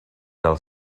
dal